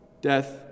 death